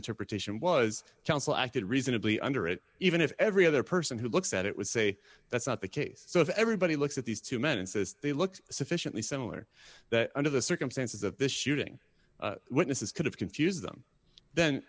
misinterpretation was counsel acted reasonably under it even if every other person who looks at it would say that's not the case so if everybody looks at these two men and says they looked sufficiently similar that under the circumstances of this shooting witnesses could have confused them then